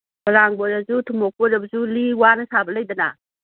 ꯄꯣꯂꯥꯡꯕꯨ ꯑꯣꯏꯔꯁꯨ ꯊꯨꯃꯣꯛꯄꯨ ꯑꯣꯏꯔꯕꯁꯨ ꯂꯤ ꯋꯥꯅ ꯁꯥꯕ ꯂꯩꯗꯅ